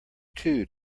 two